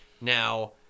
Now